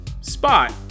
Spot